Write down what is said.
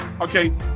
Okay